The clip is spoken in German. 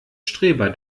streber